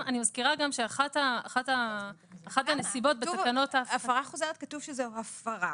כתוב שהפרה חוזרת שזו הפרה,